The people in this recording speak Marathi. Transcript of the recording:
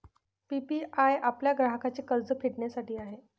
पी.पी.आय आपल्या ग्राहकांचे कर्ज फेडण्यासाठी आहे